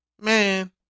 Man